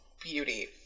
Beauty